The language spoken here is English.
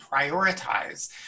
prioritize